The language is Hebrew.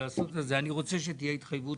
אדוני היושב ראש, אני רוצה שתהיה התחייבות